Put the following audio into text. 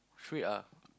sweet ah